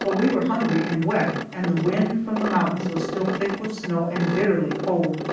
but we were hungry and wet, and the wind from the mountains was still thick with snow and bitterly cold,